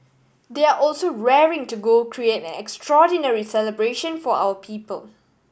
they are also raring to go create an extraordinary celebration for our people